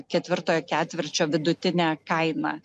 ketvirtojo ketvirčio vidutinė kaina